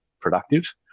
productive